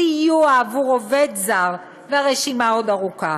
סיוע של עובד זר, והרשימה עוד ארוכה.